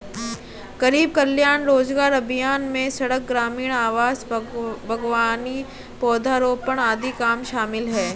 गरीब कल्याण रोजगार अभियान में सड़क, ग्रामीण आवास, बागवानी, पौधारोपण आदि काम शामिल है